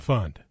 Fund